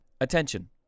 Attention